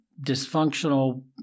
dysfunctional